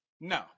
No